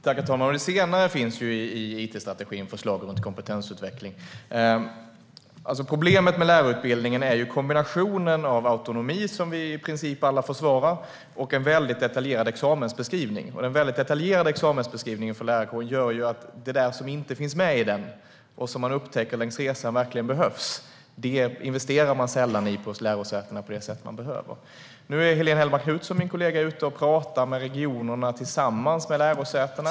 Herr talman! Det senare finns ju med i it-strategin när det gäller förslaget om kompetensutveckling. Problemet med lärarutbildningen är kombinationen av autonomi som vi i princip alla försvarar och en väldigt detaljerad examensbeskrivning. Den gör att man på lärosätena sällan investerar i det som inte finns med och det som man längs resan upptäcker verkligen behövs. Nu är min kollega Helene Hellmark Knutsson tillsammans med lärosätena ute och pratar med företrädare i regionerna.